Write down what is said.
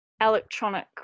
electronic